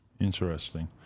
Interesting